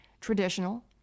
traditional